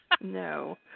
No